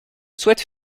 souhaite